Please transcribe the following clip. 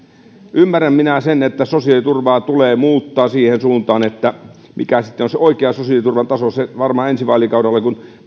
ymmärrän minä sen että sosiaaliturvaa tulee muuttaa siihen suuntaan mikä sitten on se oikea sosiaaliturvan taso sitä varmaan käsitellään ensi vaalikaudella kun